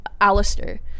Alistair